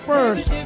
first